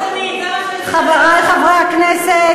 תבוסתנית, זה מה שיש לי להגיד, חברי חברי הכנסת,